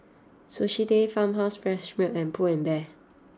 Sushi Tei Farmhouse Fresh Milk and Pull and Bear